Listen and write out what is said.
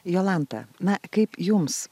jolanta na kaip jums